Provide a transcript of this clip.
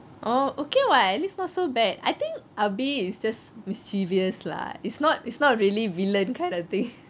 oh okay what at least not so bad I think abi is just mischievous lah it's not it's not really villain kind of thing